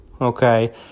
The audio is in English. Okay